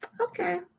Okay